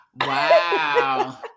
Wow